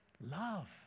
love